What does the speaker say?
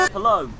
Hello